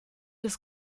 des